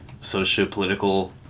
socio-political